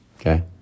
Okay